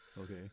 Okay